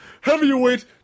Heavyweight